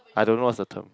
I don't know what's the term